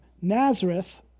Nazareth